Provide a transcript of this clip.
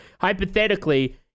Hypothetically